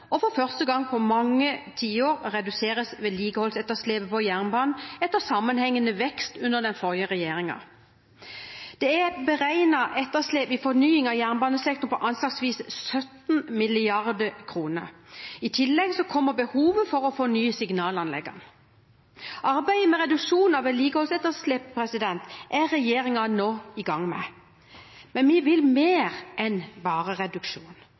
og for første gang på mange tiår reduseres vedlikeholdsetterslepet på jernbanen etter sammenhengende vekst under den forrige regjeringen. Det er et beregnet etterslep i fornying av jernbanesektoren på anslagsvis 17 mrd. kr. I tillegg kommer behovet for å fornye signalanleggene. Arbeidet med reduksjon av vedlikeholdsetterslep er regjeringen nå i gang med. Men vi vil mer enn bare reduksjon.